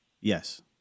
Yes